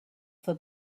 for